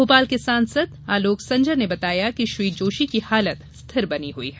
भोपाल के सांसद आलोक संजर ने बताया कि श्री जोशी की हालत स्थिर बनी हुई है